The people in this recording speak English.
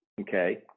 Okay